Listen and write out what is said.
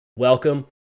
welcome